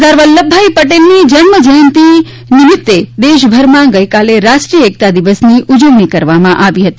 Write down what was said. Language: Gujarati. સરદાર વલ્લભભાઈ પટેલની જન્મજયંતિ પ્રસંગે દેશભરમાં ગઇકાલે રાષ્ટ્રીય એકતાદિવસ તરીકે ઉજવણી કરવામાં આવી હતી